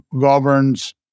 governs